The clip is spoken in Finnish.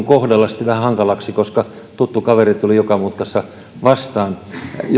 kohdalla vähän hankalaksi koska tuttu kaveri tuli joka mutkassa vastaan